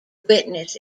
witness